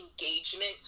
engagement